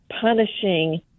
punishing